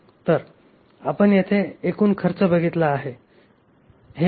तर आपण येथे एकूण खर्च बघितला आहे